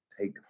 take